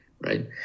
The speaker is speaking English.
right